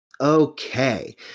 Okay